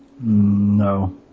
No